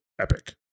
epic